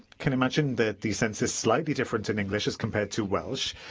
can imagine that the sense is slightly different in english as compared to welsh,